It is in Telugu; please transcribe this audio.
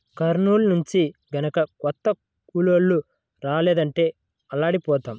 కర్నూలు నుంచి గనక కొత్త కూలోళ్ళు రాలేదంటే అల్లాడిపోతాం